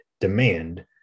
demand